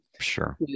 Sure